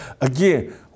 Again